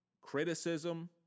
criticism